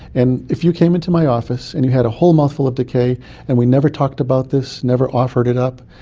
and if you came into my office and you had a whole mouthful of decay and we never talked about this, never offered it up,